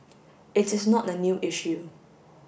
it is not a new issue